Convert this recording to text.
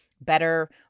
better